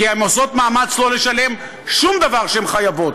כי הן עושות מאמץ לא לשלם שום דבר שהן חייבות.